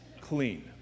clean